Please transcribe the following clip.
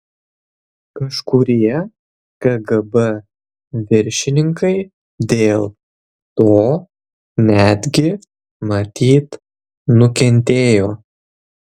kažkurie kgb viršininkai dėl to netgi matyt nukentėjo